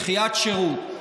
דחיית שירות.